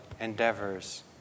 endeavors